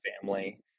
family